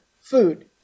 food